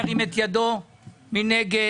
מי נגד?